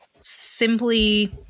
simply